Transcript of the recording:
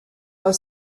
was